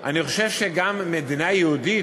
אני חושב שגם מדינה יהודית,